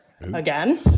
again